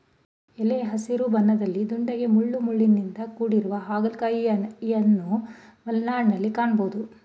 ಎಲೆ ಹಸಿರು ಬಣ್ಣದಲ್ಲಿ ದುಂಡಗೆ ಮುಳ್ಳುಮುಳ್ಳಿನಿಂದ ಕೂಡಿರೊ ಹಾಗಲಕಾಯಿಯನ್ವನು ಮಲೆನಾಡಲ್ಲಿ ಕಾಣ್ಬೋದು